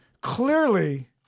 clearly